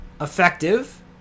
effective